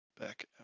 back